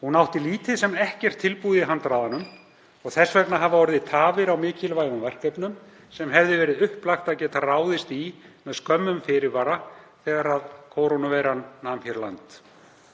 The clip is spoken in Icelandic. Hún átti lítið sem ekkert tilbúið í handraðanum og þess vegna hafa orðið tafir á mikilvægum verkefnum sem hefði verið upplagt að geta ráðist í með skömmum fyrirvara þegar kórónuveiran nam hér land.